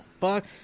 fuck